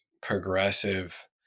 progressive